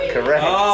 Correct